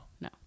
no